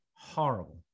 horrible